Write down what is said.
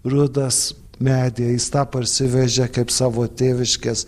rudas medyje jis tą parsivežė kaip savo tėviškės